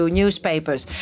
newspapers